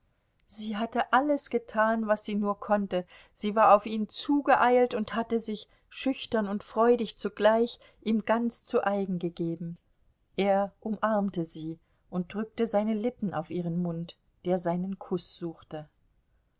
sie hatte alles getan was sie nur konnte sie war auf ihn zugeeilt und hatte sich schüchtern und freudig zugleich ihm ganz zu eigen gegeben er umarmte sie und drückte seine lippen auf ihren mund der seinen kuß suchte